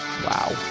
Wow